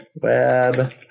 Web